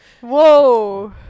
Whoa